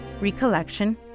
recollection